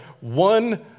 one